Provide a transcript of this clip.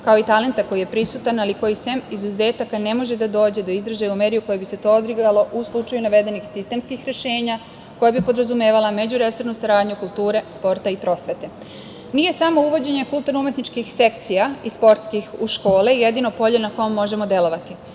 kao i talenta koji je prisutan, ali koji sem izuzetaka ne može da dođe do izražaja u meri u kojoj bi se to odigralo u slučaju navedenih sistemskih rešenja, koja bi podrazumevala međuresornu saradnju kulture, sporta i prosvete. Nije samo uvođenje kulturno-umetničkih sekcija iz sportskih u škole jedino polje na kome možemo delovati.